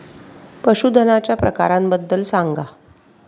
पशूधनाच्या प्रकारांबद्दल सांगा